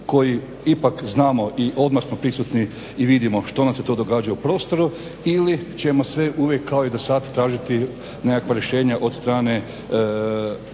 koji ipak znamo i odmah smo prisutni i vidimo što nam se to događa u prostoru ili ćemo sve uvijek kao i dosad tražiti nekakvo rješenje od strane